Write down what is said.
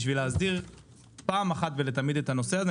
בשביל להסדיר פעם אחת ולתמיד את הנושא הזה.